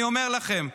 אני אומר לכם,